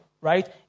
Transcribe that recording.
right